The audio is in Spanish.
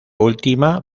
última